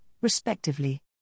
respectively